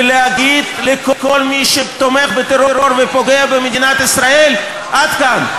ולהגיד לכל מי שתומך בטרור ופוגע במדינת ישראל: עד כאן.